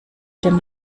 dem